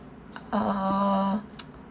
uh